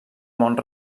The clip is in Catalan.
mont